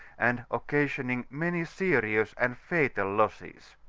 and occasioning many serious and fatal losses.